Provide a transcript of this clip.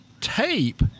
Tape